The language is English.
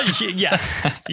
Yes